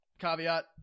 Caveat